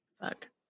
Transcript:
fuck